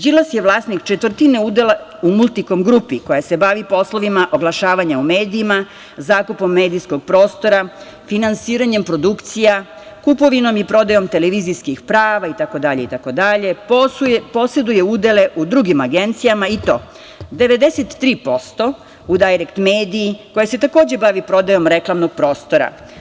Đilas je vlasnik četvrtine udela u Multikom grupi koja se bavi poslovima oglašavanja u medijima, zakupom medijskog prostora, finansiranjem produkcija, kupovinom i prodajom televizijskih prava, poseduje udele u drugim agencijama i to 93% u Dajrekt mediji, koja se takođe bavi prodajom reklamnog prostora.